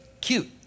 cute